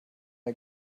der